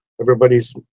everybody's